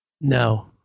no